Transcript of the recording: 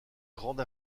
grande